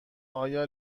آیا